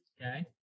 Okay